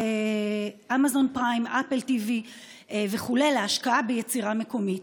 אמזון פריים, אפל TV וכדומה להשקעה ביצירה מקומית.